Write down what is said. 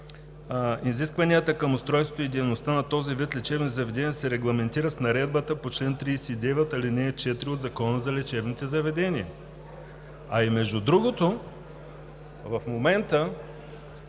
изискванията към устройството и дейността на този вид лечебни заведения да се регламентират с Наредбата по чл. 39, ал. 4 от Закона за лечебните заведения. Между другото, в момента